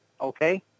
Okay